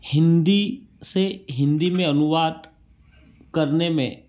हिंदी से हिंदी में अनुवाद करने में